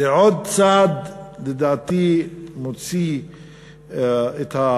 זה עוד צעד, לדעתי, מוציא את,